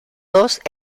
dos